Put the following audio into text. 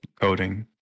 coding